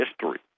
history